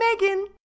Megan